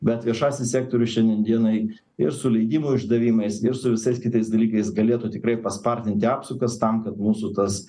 bet viešasis sektorius šiandien dienai ir su leidimų išdavimais ir su visais kitais dalykais galėtų tikrai paspartinti apsukas tam kad mūsų tas